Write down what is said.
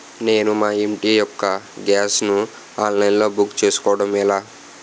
నేను మా ఇంటి యెక్క గ్యాస్ ను ఆన్లైన్ లో బుక్ చేసుకోవడం ఎలా?